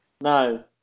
No